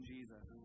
Jesus